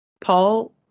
Paul